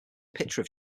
picture